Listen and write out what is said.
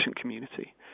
community